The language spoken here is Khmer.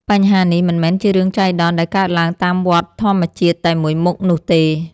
បញ្ហានេះមិនមែនជារឿងចៃដន្យដែលកើតឡើងតាមវដ្តធម្មជាតិតែមួយមុខនោះទេ។